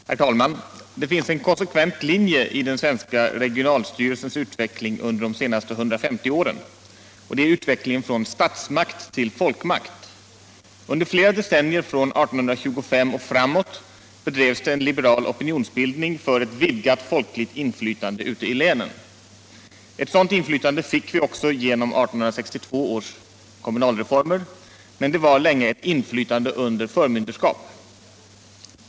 Herr talman! Det finns en konsekvent linje i den svenska regionstyrelsens utveckling under de senaste 150 åren, och det är utvecklingen från statsmakt till folkmakt. Under flera decennier från 1825 och framåt drevs en liberal opinionsbildning för ett vidgat folkligt inflytande ute i länen. Ett sådant inflytande fick vi också genom 1862 års kommunalreformer, men det var länge ett inflytande under förmynderskap.